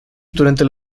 durante